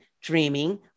dreaming